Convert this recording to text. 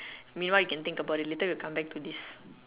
meanwhile you can think about it later we can come back to this